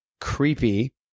creepy